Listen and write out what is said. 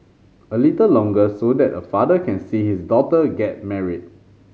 a little longer so that a father can see his daughter get married